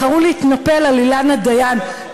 בחרו להתנפל על אילנה דיין,